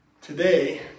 Today